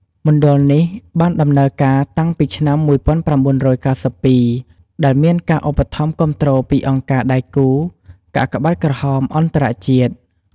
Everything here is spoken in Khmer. មណ្ឌលនេះបានដំណើរការតាំងពីឆ្នាំ ១៩៩២ ដែលមានការឧបត្ថមគាំទ្រពីអង្គការដៃគូរកាកបាទក្រហមអន្តរជាតិ។